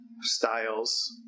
styles